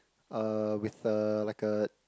uh with the like a